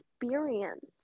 experience